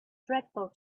dreadful